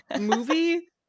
movie